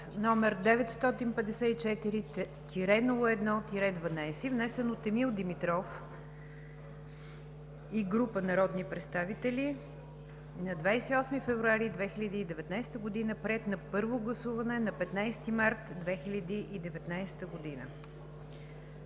№ 954-01-12. Внесен е от Емил Димитров и група народни представители на 28 февруари 2019 г., приет е на първо гласуване на 19 март 2019 г.